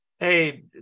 Hey